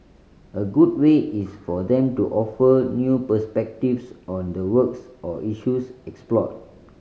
a good way is for them to offer new perspectives on the works or issues explored